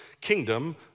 kingdom